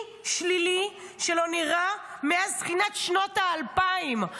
שלילי שלא נראה מאז תחילת שנות האלפיים,